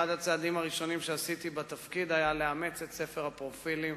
אחד הצעדים הראשונים שעשיתי בתפקיד היה לאמץ את ספר הפרופילים,